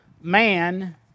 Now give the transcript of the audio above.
man